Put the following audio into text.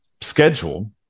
schedule